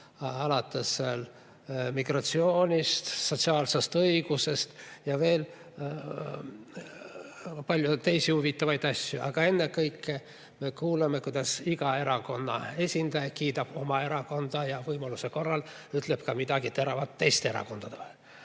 alates migratsioonist, sotsiaalsest õigusest ja [lõpetades] veel paljude teiste huvitavate asjadega. Aga ennekõike me kuulame, kuidas iga erakonna esindaja kiidab oma erakonda ja võimaluse korral ütleb ka midagi teravat teiste erakondade